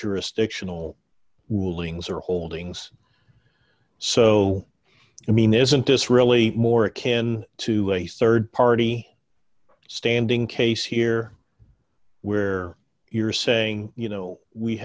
jurisdictional rulings or holdings so i mean isn't this really more akin to a certain party standing case here where you're saying you know we